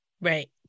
Right